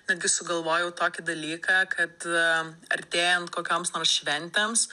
netgi sugalvojau tokį dalyką kad a artėjant kokioms nors šventėms